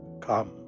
Come